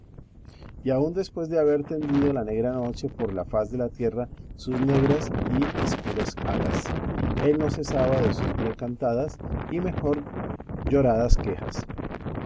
y aun después de haber tendido la negra noche por la faz de la tierra sus negras y escuras alas él no cesaba de sus bien cantadas y mejor lloradas quejas